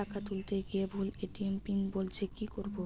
টাকা তুলতে গিয়ে ভুল এ.টি.এম পিন বলছে কি করবো?